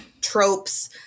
tropes